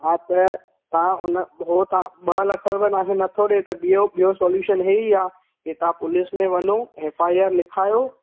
हा त तव्हां हुन हो तव्हां ॿ लख हू तव्हां खे नथो ॾे ॿियो ॿियो सॉल्युशन हे ई आहे के तव्हां पुलिस में वञो एफ आई आर लिखायो